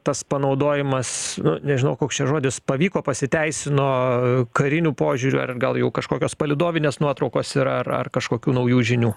tas panaudojimas nu nežinau koks čia žodis pavyko pasiteisino kariniu požiūriu ar gal jau kažkokios palydovinės nuotraukos yra ar ar kažkokių naujų žinių